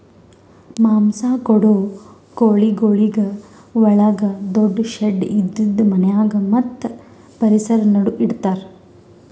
ಮಾಂಸ ಕೊಡೋ ಕೋಳಿಗೊಳಿಗ್ ಒಳಗ ದೊಡ್ಡು ಶೆಡ್ ಇದ್ದಿದು ಮನ್ಯಾಗ ಮತ್ತ್ ಪರಿಸರ ನಡು ಇಡತಾರ್